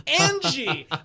Angie